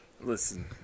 Listen